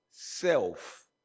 self